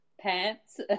pants